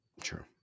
True